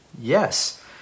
Yes